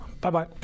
Bye-bye